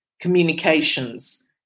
communications